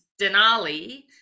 denali